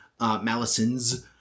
Malisons